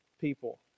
people